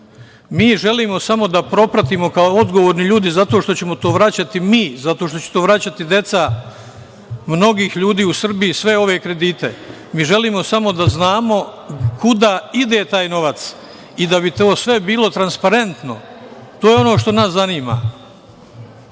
Mi želimo samo da propratimo kao odgovorni ljudi zato što ćemo to vraćati mi, zato što će to vraćati deca mnogih ljudi u Srbiji, sve ove kredite. Želimo samo da znamo kuda ide taj novac i da bi to sve bilo transparentno, to je ono što nas zanima.